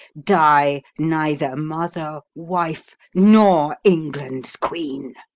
die neither mother, wife, nor england's queen